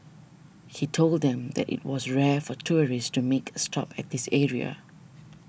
he told them that it was rare for tourists to make a stop at this area